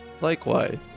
Likewise